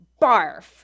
barf